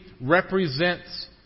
represents